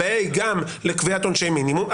הבעיה היא גם בקביעת עונשי מינימום,